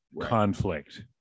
conflict